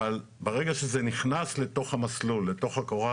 אבל ברגע שזה נכנס לתוך המסלול,